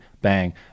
bang